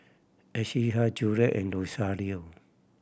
Juliet and Rosario